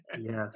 yes